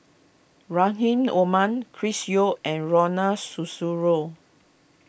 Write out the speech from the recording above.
Rahim Omar Chris Yeo and Ronald Susilo